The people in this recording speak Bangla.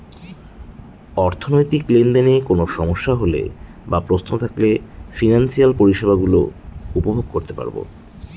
অর্থনৈতিক লেনদেনে কোন সমস্যা হলে বা প্রশ্ন থাকলে ফিনান্সিয়াল পরিষেবা গুলো উপভোগ করতে পারবো